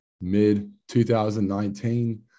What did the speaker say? mid-2019